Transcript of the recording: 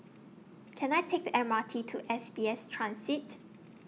Can I Take The M R T to S B S Transit